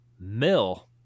mill